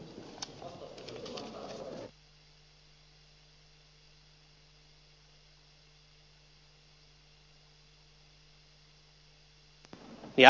arvoisa puhemies